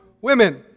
women